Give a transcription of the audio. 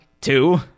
Two